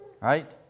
Right